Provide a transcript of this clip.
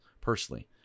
personally